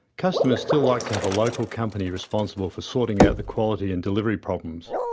customers still like to have a local company responsible for sorting out the quality and delivery problems.